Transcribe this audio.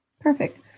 Perfect